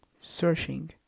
Searching